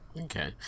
okay